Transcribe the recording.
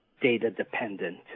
data-dependent